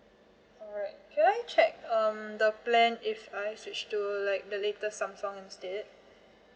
alright can I check um the plan if I switch to like the latest samsung instead